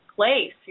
place